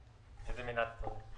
איזו מילה אתה צריך?